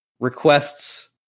Requests